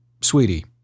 sweetie